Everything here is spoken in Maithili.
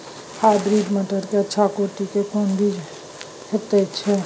हाइब्रिड मटर के अच्छा कोटि के कोन बीज होय छै?